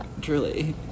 truly